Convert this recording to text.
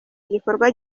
igikorwa